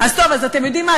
אז טוב, אתם יודעים מה?